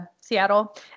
Seattle